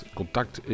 contact